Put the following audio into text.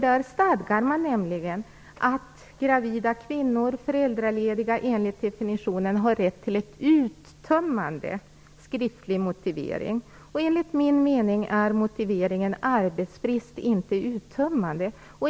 Där stadgas nämligen att gravida kvinnor och föräldralediga enligt definitionen har rätt till en uttömmande skriftlig motivering. Enligt min mening är motiveringen arbetsbrist inte uttömmande.